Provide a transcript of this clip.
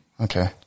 Okay